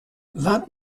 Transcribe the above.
vingt